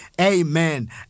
Amen